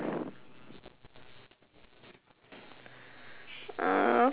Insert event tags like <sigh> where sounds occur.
<noise>